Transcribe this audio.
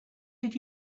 did